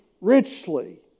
richly